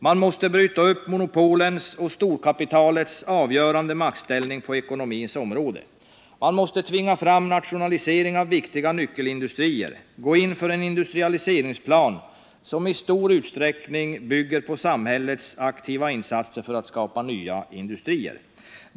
Man måste bryta upp monopolens och storkapitalets avgörande maktställning på ekonomins område. Man måste tvinga fram nationalisering av viktiga nyckelindustrier och gå in för en industrialiseringsplan som i stor utsträckning bygger på samhällets aktiva insatser för att skapa nya industrier.